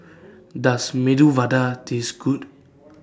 Does Medu Vada Taste Good